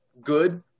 good